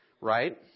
Right